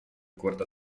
corta